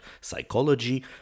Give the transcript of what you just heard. psychology